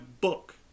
book